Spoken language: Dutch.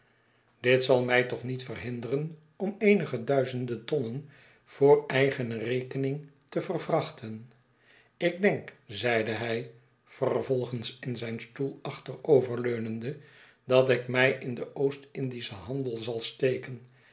dit zal mij toch niet verhinderen om eenige duizenden tonnen voor eigene rekening te vervrachten ik denk zeide hij vervolgens in zijn stoel achteroverleunende dat ik mij in den oostindischen handel zal steken